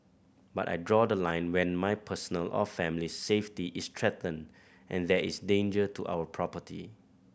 but I draw the line when my personal or family's safety is threatened and there is danger to our property